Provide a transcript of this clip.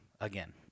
Again